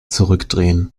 zurückdrehen